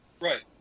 Right